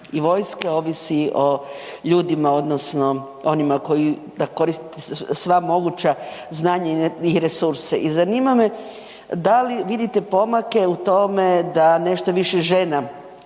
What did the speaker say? i vojske ovisi o ljudima odnosno onima koji koriste sva moguća znanja i resurse. I zanima me da li vidite pomake u tome da nešto više žena